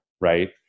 Right